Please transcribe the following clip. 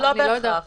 לא בהכרח.